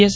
S